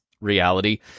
reality